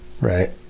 Right